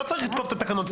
לא צריך לתקוף את התקנון.